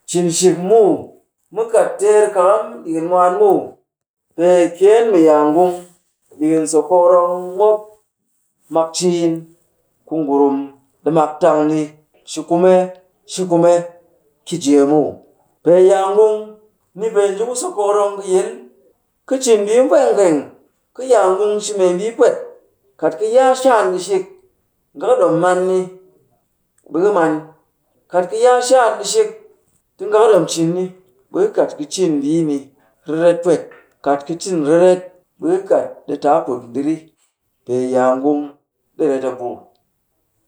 Cinshik muw. Mu kat teer kakam ɗiki mwaan muw. Pee kyeen mu yaa ngung dikin so kokorong mop mak ciin ku ngurum ɗi mak tang ni shi kume shi kume ki jee muw. Pee yaa ngung, ni pee nji ku sokoorong kɨ yil. Ka cin mbii. Ka yaa ngung shi membii pwet. Kat ka yaa shaan ɗi shik, nga kɨ ɗom man ni, ɓe ka man. Kat ka yaa shaan ɗi shik, ti nga kɨ ɗom cin ni, ɓe ka kat ka cin mbii ni riret pwet. Kat ka cin riret, ɓe ka kat ɗi taa put ndirih. Pee yaa ngung ɗi ret a buu.